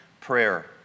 prayer